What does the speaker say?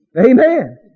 Amen